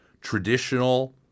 traditional